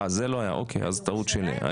אוקי, אז טעות שלי.